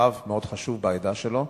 רב מאוד חשוב בעדה שלו,